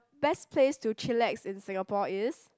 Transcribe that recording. best place to chillax in Singapore is